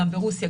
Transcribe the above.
גם ברוסיה,